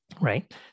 right